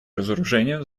разоружению